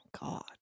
God